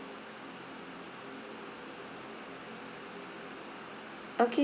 okay